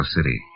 City